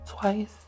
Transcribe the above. twice